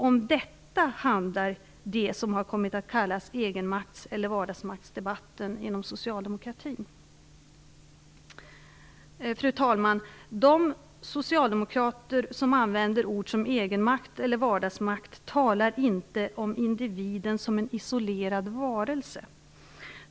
Om detta handlar det som kommit att kallas egenmakts eller vardagsmaktsdebatten inom socialdemokratin. Fru talman! De socialdemokrater som använder ord som egenmakt eller vardagsmakt talar inte om individen som en isolerad varelse.